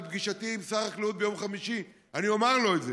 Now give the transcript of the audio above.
בפגישתי עם שר החקלאות ביום חמישי אני אומר לו את זה.